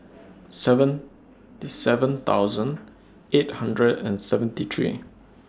seven seven thousand eight hundred and seventy three